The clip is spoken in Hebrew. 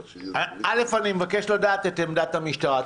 א', אני מבקש לדעת את עמדת המשטרה.